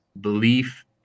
belief